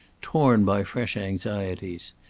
torn by fresh anxieties.